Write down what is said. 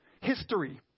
history